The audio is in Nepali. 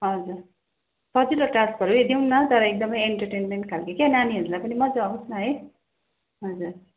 हजुर सजिलो डान्सहरू नै दिउँ न तर एकदमै इन्टरटेन्मेन्ट खाल्के क्या नानीहरूलाई पनि मजा आओस् न है हजुर